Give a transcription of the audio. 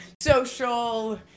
social